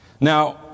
Now